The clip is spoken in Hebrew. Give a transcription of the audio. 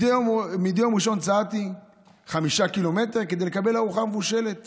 מדי יום ראשון צעדתי 5 קילומטרים כדי לקבל ארוחה מבושלת